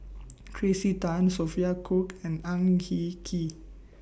Tracey Tan Sophia Cooke and Ang Hin Kee